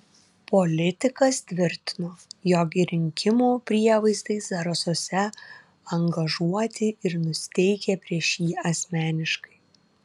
politikas tvirtino jog ir rinkimų prievaizdai zarasuose angažuoti ir nusiteikę prieš jį asmeniškai